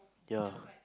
yeah